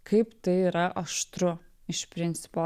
kaip tai yra aštru iš principo